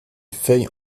feuilles